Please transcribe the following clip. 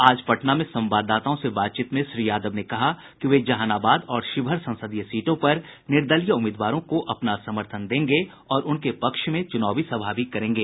आज पटना में संवाददाताओं से बातचीत में श्री यादव ने कहा कि वे जहानाबाद और शिवहर संसदीय सीटों पर निर्दलीय उम्मीदवारों को अपना समर्थन देंगे और उनके पक्ष में चूनावी सभा भी करेंगे